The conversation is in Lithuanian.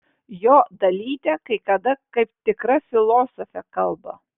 jo dalytė kai kada kaip tikra filosofė kalba